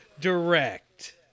Direct